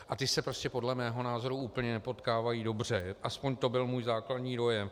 A ty se prostě podle mého názoru úplně nepotkávají dobře, aspoň to byl můj základní dojem.